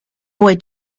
boy